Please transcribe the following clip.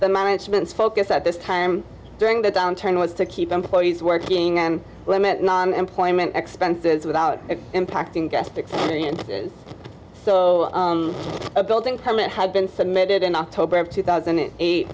the management's focus at this time during the downturn was to keep employees working and limit non employment expenses without impacting guest experience so a building permit had been submitted in october of two thousand and